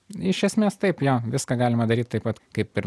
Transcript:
iš esmės taip jo viską galima daryt taip pat kaip ir